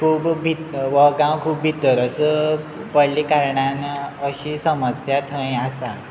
खूब भितर हो गांव खूब भितर असो पडल्या कारणान अशी समस्या थंय आसा